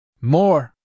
More